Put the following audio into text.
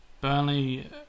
Burnley